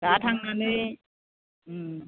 दा थांनानै